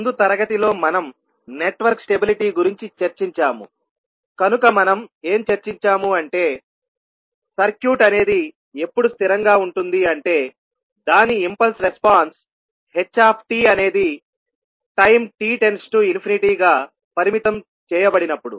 ముందు తరగతిలో మనం నెట్వర్క్ స్టెబిలిటీ గురించి చర్చించాముకనుక మనం ఏం చర్చించాము అంటేసర్క్యూట్ అనేది ఎప్పుడు స్థిరంగా ఉంటుంది అంటే దాని ఇంపల్స్ రెస్పాన్స్ ht అనేది టైం t→∞ గా పరిమితం చేయబడినప్పుడు